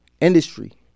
Industry